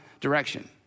direction